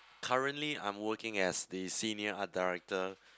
currently I am working as the senior art director